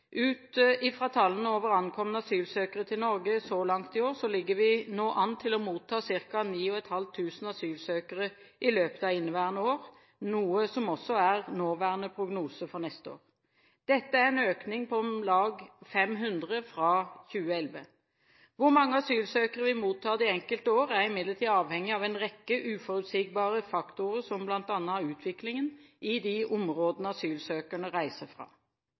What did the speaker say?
Ut fra tallene over ankomne asylsøkere til Norge så langt i år ligger vi nå an til å motta ca. 9 500 asylsøkere i løpet av inneværende år, noe som også er nåværende prognose for neste år. Dette er en økning på om lag 500 fra 2011. Hvor mange asylsøkere vi mottar det enkelte år, er imidlertid avhengig av en rekke uforutsigbare faktorer, som bl.a. utviklingen i de områdene asylsøkerne reiser fra.